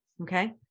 Okay